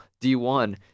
D1